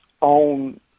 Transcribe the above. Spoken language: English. on